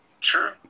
True